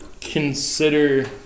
consider